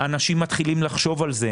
אנשים מתחילים לחשוב על זה,